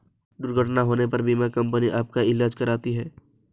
दुर्घटना होने पर बीमा कंपनी आपका ईलाज कराती है